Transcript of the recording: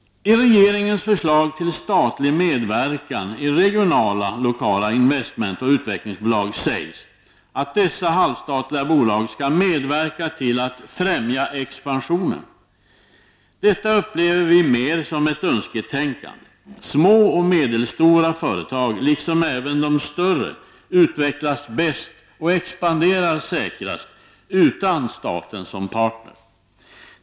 I regeringens förslag till statlig medverkan i regionala-lokala investmentoch utvecklingsbolag sägs att dessa halvstatliga bolag skall medverka till att främja expansionen. Detta upplever vi mer som ett önsketänkande. Små och medelstora företag, liksom även de större, utvecklas bäst och expanderar säkrast utan staten som partner.